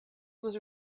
was